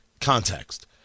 context